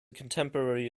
contemporary